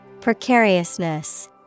Precariousness